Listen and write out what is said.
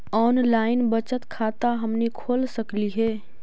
Online बचत खाता हमनी खोल सकली हे?